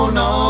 no